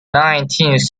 nineteenth